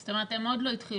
זאת אומרת, הם עוד לא התחילו.